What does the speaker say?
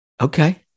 Okay